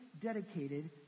dedicated